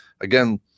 again